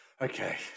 okay